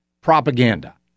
propaganda